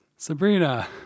Sabrina